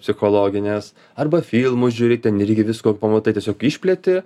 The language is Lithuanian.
psichologines arba filmus žiūri ten irgi visko pamatai tiesiog išplėti